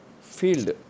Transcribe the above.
field